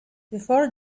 before